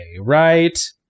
right